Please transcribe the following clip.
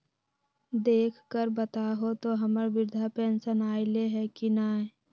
देख कर बताहो तो, हम्मर बृद्धा पेंसन आयले है की नय?